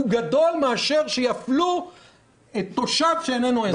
הוא גדול מאשר שיפלו תושב שאיננו אזרח.